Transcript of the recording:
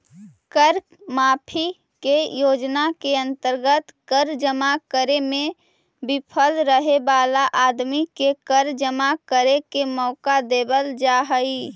कर माफी के योजना के अंतर्गत कर जमा करे में विफल रहे वाला आदमी के कर जमा करे के मौका देवल जा हई